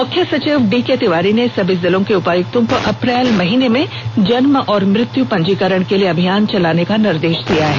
मुख्य सचिव डीके तिवारी ने सभी जिलों के उपायुक्तों को अप्रैल माहीने में जन्म और मृत्यु पंजीकरण के लिए अभियान चलाने का निर्देश दिया है